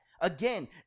Again